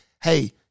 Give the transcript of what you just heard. Hey